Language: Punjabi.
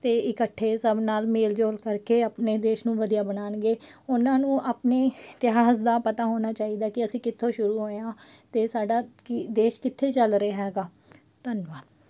ਅਤੇ ਇਕੱਠੇ ਸਭ ਨਾਲ ਮੇਲ ਜੋਲ ਕਰਕੇ ਆਪਣੇ ਦੇਸ਼ ਨੂੰ ਵਧੀਆ ਬਣਾਉਣਗੇ ਉਹਨਾਂ ਨੂੰ ਆਪਣੇ ਇਤਿਹਾਸ ਦਾ ਪਤਾ ਹੋਣਾ ਚਾਹੀਦਾ ਕਿ ਅਸੀਂ ਕਿੱਥੋਂ ਸ਼ੁਰੂ ਹੋਏ ਹਾਂ ਅਤੇ ਸਾਡਾ ਕੀ ਦੇਸ਼ ਕਿੱਥੇ ਚੱਲ ਰਿਹਾ ਹੈਗਾ ਧੰਨਵਾਦ